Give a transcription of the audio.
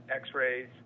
x-rays